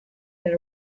that